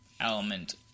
element